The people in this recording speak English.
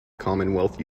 commonwealth